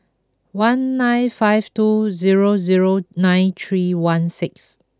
one nine five two zero zero nine three one six